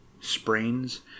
sprains